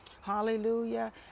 Hallelujah